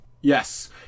Yes